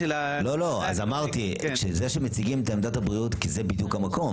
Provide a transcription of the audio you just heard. זה שמציגים את עמדת הבריאות כי זה המקום,